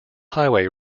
highway